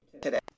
today